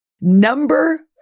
Number